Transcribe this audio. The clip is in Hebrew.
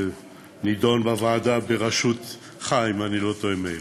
שנדונה בוועדה בראשותך, אם אני לא טועה, מאיר.